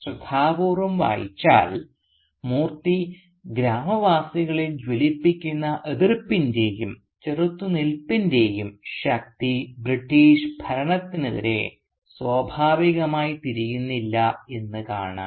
ശ്രദ്ധാപൂർവ്വം വായിച്ചാൽ മൂർത്തി ഗ്രാമവാസികളിൽ ജ്വലിപ്പിക്കുന്ന എതിർപ്പിൻറെയും ചെറുത്തുനിൽപ്പിൻറെയും ശക്തി ബ്രിട്ടീഷ് ഭരണത്തിനെതിരെ സ്വാഭാവികമായി തിരിയുന്നില്ല എന്നു കാണാം